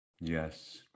yes